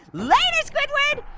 later squidward!